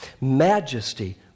majesty